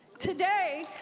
today,